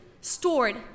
stored